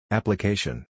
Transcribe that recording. Application